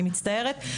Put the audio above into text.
אני מצטערת.